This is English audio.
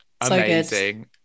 amazing